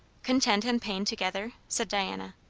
content and pain together? said diana.